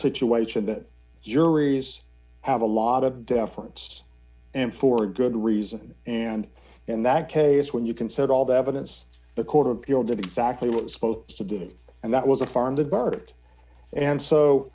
situation that juries have a lot of deference and for good reason and in that case when you consider all the evidence the court of appeal did exactly what it's supposed to do and that was a farm the verdict and so